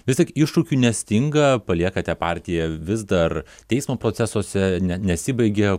vis tik iššūkių nestinga paliekate partiją vis dar teismo procesuose ne nesibaigia